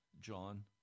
John